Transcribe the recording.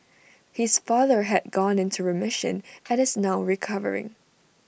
his father has gone into remission and is now recovering